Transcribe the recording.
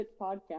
podcast